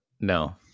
No